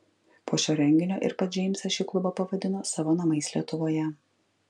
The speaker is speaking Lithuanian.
po šio renginio ir pats džeimsas šį klubą pavadino savo namais lietuvoje